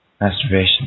Masturbation